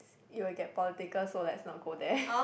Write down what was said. it will get political so let's not go there